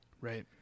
Right